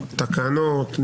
תקנות,